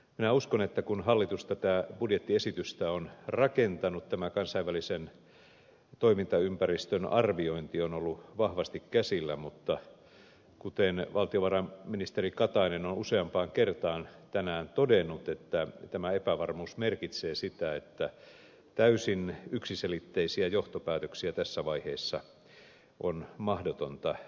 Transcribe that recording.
minä uskon että kun hallitus tätä budjettiesitystä on rakentanut tämä kansainvälisen toimintaympäristön arviointi on ollut vahvasti käsillä mutta kuten valtiovarainministeri katainen on useampaan kertaan tänään todennut tämä epävarmuus merkitsee sitä että täysin yksiselitteisiä johtopäätöksiä tässä vaiheessa on mahdotonta tehdä